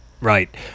Right